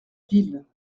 ville